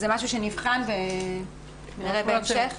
זה משהו נבחן אולי בהמשך?